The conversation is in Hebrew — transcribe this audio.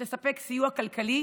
שתספק סיוע כלכלי